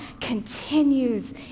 continues